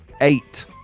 eight